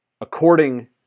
According